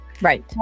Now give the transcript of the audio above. Right